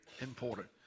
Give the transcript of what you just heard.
important